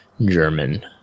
German